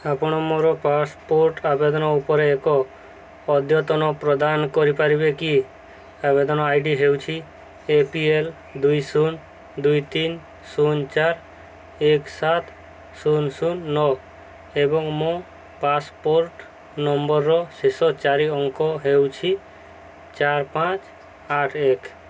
ଆପଣ ମୋର ପାସପୋର୍ଟ ଆବେଦନ ଉପରେ ଏକ ଅଦ୍ୟତନ ପ୍ରଦାନ କରିପାରିବେ କି ଆବେଦନ ଆଇ ଡି ହେଉଛି ଏପିଏଲ୍ ଦୁଇ ଶୂନ ଦୁଇ ତିନି ଶୂନ ଚାରି ଏକ ସାତ ଶୂନ ଶୂନ ନଅ ଏବଂ ମୋ ପାସପୋର୍ଟ ନମ୍ବରର ଶେଷ ଚାରି ଅଙ୍କ ହେଉଛି ଚାରି ପାଞ୍ଚ ଆଠ ଏକ